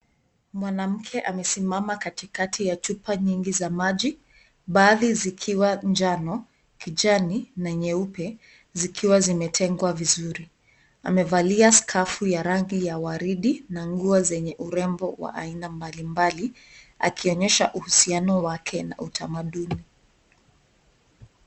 Mwanamke amesimama katikati ya chupa nyingi za maji, baadhi zikiwa njano, kijani na nyeupe zikiwa zimetengwa vizuri. Amevalia skavu ya rangi ya waridi na nguo zenye urembo wa aina mbalimbali akionyesha uhusiano wake na utamaduni.